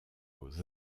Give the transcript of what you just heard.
aux